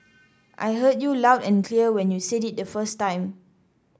I heard you loud and clear when you said it the first time